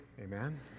Amen